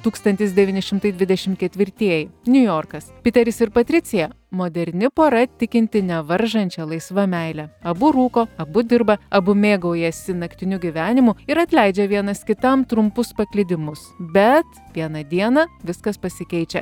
tūkstantis devyni šimtai dvidešim ketvirtieji niujorkas piteris ir patricija moderni pora tikinti nevaržančia laisva meile abu rūko abu dirba abu mėgaujasi naktiniu gyvenimu ir atleidžia vienas kitam trumpus paklydimus bet vieną dieną viskas pasikeičia